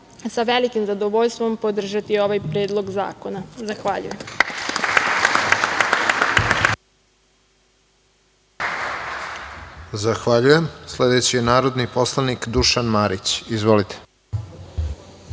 sa velikim zadovoljstvom, podržati ovaj predlog zakona. Zahvaljujem. **Radovan Tvrdišić** Zahvaljujem. Sledeći je narodni poslanik Dušan Marić. Izvolite.